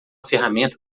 ferramenta